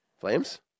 flames